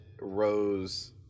Rose